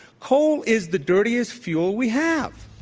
coal is the dirtiest fuel we have.